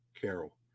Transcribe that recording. Carol